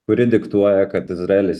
kuri diktuoja kad izraelis